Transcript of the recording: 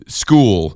school